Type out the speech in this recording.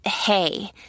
hey